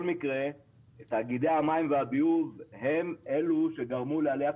מקרה תאגידי המים והביוב הם אלו שגרמו לעליית